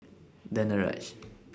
Danaraj